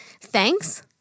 thanks